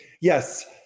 yes